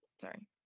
sorry